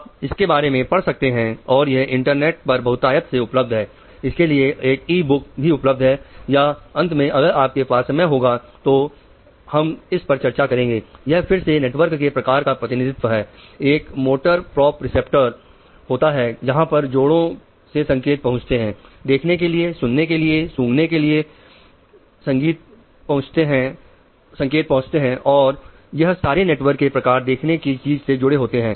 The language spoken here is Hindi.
आप इसके बारे में पढ़ सकते हैं और यह इंटरनेट पर बहुतायत में उपलब्ध है इसके लिए एक ई बुक संगीत पहुंचते हैं और यह सारे नेटवर्क के प्रकार देखने की चीज से जुड़े होते हैं